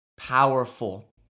powerful